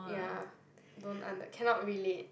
ya don't under cannot relate